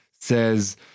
says